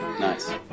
Nice